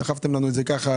דחפתם לנו את זה ככה?